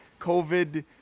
COVID